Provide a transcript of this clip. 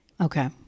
Okay